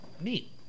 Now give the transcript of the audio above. Neat